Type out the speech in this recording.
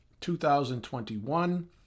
2021